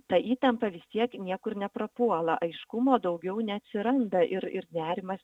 ta įtampa vis tiek niekur neprapuola aiškumo daugiau neatsiranda ir ir nerimas